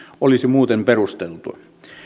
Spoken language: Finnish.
olisi muuten perusteltua